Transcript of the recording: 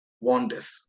wonders